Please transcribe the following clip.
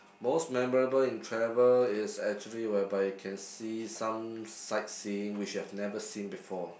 most memorable in travel is actually whereby you can see some sightseeing which you've never seen before